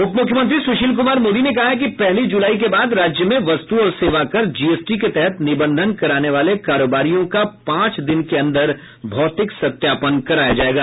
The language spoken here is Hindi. उप मुख्यमंत्री सुशील कुमार मोदी ने कहा है कि पहली जुलाई के बाद राज्य में वस्तु और सेवा कर जीएसटी के तहत निबंधन कराने वाले कारोबारियों का पांच दिन के अंदर भौतिक सत्यापन कराया जाएगा